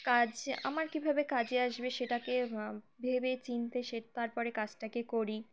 কাজ আমার কীভাবে কাজে আসবে সেটাকে ভেবে চিনতে সে তারপরে কাজটাকে করি